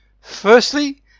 firstly